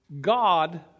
God